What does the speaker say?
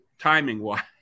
timing-wise